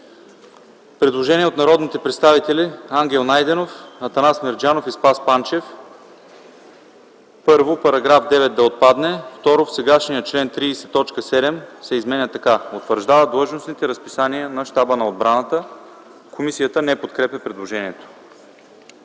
предложение от народните представители Ангел Найденов, Атанас Мерджанов и Спас Панчев: 1. Параграф 9 да отпадне. 2. В сегашния чл. 30 т. 7 се изменя така: „7. утвърждава длъжностните разписания на Щаба на отбраната”. Комисията подкрепя предложението.